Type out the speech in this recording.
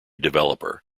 developer